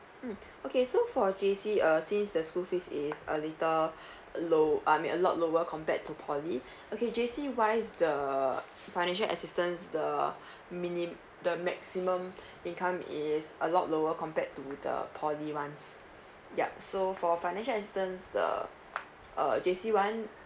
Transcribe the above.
mm okay so for J_C uh since the school fees is just a little low I mean a lot lower compared to poly okay J_C wise the financial assistance the minim the maximum income is a lot lower compared to the poly ones yup so for financial assistance the uh J_C one